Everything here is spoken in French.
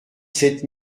sept